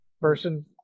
person